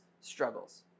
struggles